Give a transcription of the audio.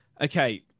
Okay